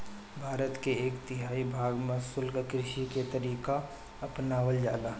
भारत के एक तिहाई भाग में शुष्क कृषि के तरीका अपनावल जाला